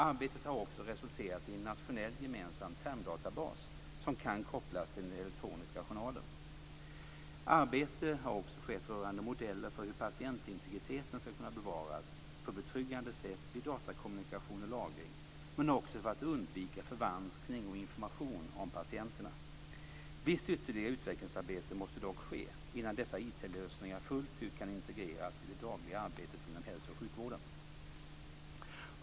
Arbetet har också resulterat i en nationell gemensam termdatabas, som kan kopplas till den elektroniska journalen. Arbete har också skett rörande modeller för hur patientintegriteten ska kunna bevaras på betryggande sätt vid datakommunikation och lagring, men också för att undvika förvanskning av information om patienterna. Visst ytterligare utvecklingsarbete måste dock ske innan dessa IT-lösningar fullt ut kan integreras i det dagliga arbetet inom hälso och sjukvården.